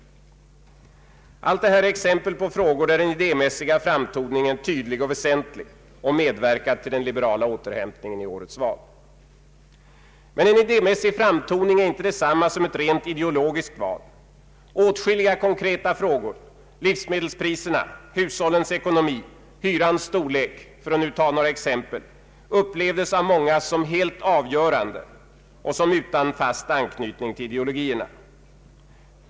Allt detta är exempel på frågor där den idémässiga framtoningen är tydlig och väsentlig och har medverkat till den liberala återhämtningen i årets val. Men en idémässig framtoning är inte detsamma som ett rent ideologiskt val. Åtskilliga konkreta frågor — livsmedelspriserna, hushållens ekonomi, hyrans storlek, för att nu ta några exempel — upplevdes av många som helt avgörande och som utan fast anknytning till ideologierna.